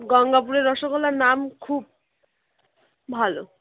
গঙ্গাপুরের রসগোল্লার নাম খুব ভালো